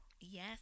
yes